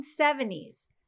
1970s